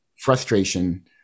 frustration